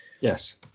Yes